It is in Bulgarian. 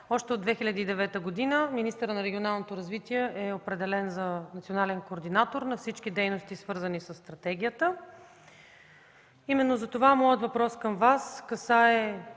Още от 2009 г. министърът на регионалното развитие е определен за национален координатор на всички дейности, свързани със стратегията. Именно затова моят въпрос към Вас касае